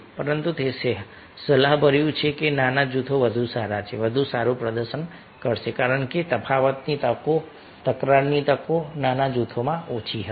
પરંતુ તે સલાહભર્યું છે કે નાના જૂથો વધુ સારા છે વધુ સારું પ્રદર્શન કરશે કારણ કે તફાવતની તકો તકરારની તકો નાના જૂથોમાં ઓછી હશે